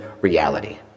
reality